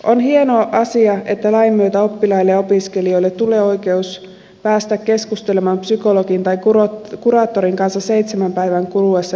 on hieno asia että lain myötä oppilaille ja opiskelijoille tulee oikeus päästä keskustelemaan psykologin tai kuraattorin kanssa seitsemän päivän kuluessa yhteydenotosta